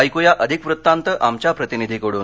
ऐकूया अधिक वृत्तांत आमच्या प्रतिनिधीकडून